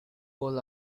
full